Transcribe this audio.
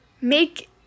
make